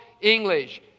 English